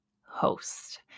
host